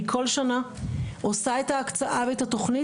אני כל שנה עושה את ההקצאה ואת התכנית